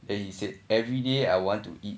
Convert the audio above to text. then he said every day I want to eat